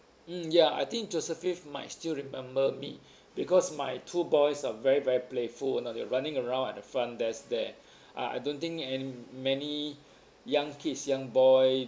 mm ya I think josephine might still remember me because my two boys are very very playful you know they're running around at the front desk there I I don't think an~ many young kids young boy